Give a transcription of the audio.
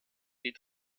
die